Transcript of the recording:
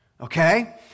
okay